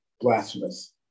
Blasphemous